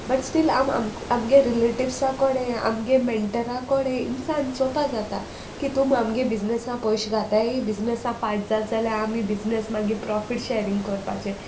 but still आम आमगे रिलेटिव्सा कोणे आमगे मेंटरा कोणें इनसान चोवपा जाता की तूं आमगे बिजनसा पयशे घातायी बिजनसा फायद जाला जाल्यार आमी बिजनस मागीर प्रोफीट शॅरींग करपाचे